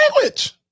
language